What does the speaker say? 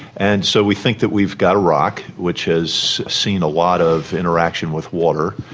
and so we think that we've got a rock which has seen a lot of interaction with water,